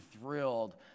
thrilled